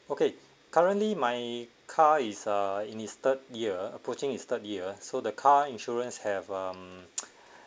okay currently my car is uh in its third year approaching its third year so the car insurance have um